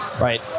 right